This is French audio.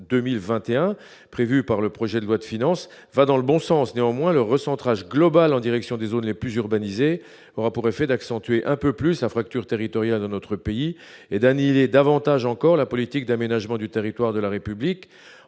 2021 prévue par le projet de loi de finances va dans le bon sens, néanmoins le recentrage globale en direction des zones et plusieurs aura pour effet d'accentuer un peu plus la fracture territoriale de notre pays, et davantage encore la politique d'aménagement du territoire de la République